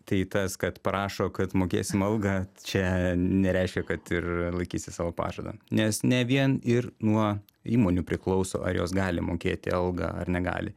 tai tas kad parašo kad mokėsim algą čia nereiškia kad ir laikysis savo pažado nes ne vien ir nuo įmonių priklauso ar jos gali mokėti algą ar negali